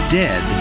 dead